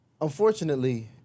Unfortunately